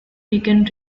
began